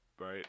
right